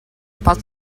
part